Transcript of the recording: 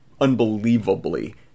unbelievably